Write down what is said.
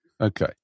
Okay